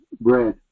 bread